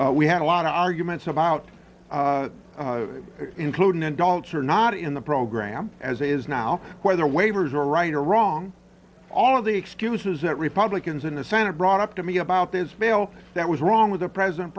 we had a lot of arguments about including adults or not in the program as it is now whether waivers are right or wrong all of the excuses that republicans in the senate brought up to me about this bill that was wrong with the president